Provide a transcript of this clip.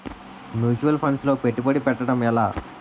Mutual funds లో పెట్టుబడి పెట్టడం ఎలా?